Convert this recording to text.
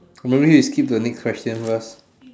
maybe we skip to the next question first